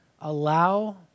allow